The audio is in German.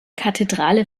kathedrale